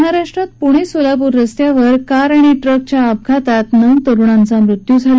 महाराष्ट्रात पुणे सोलापूर रस्त्यावर कार आणि ट्रकच्या अपघातात नऊ तरुणांचा मृत्यू झाला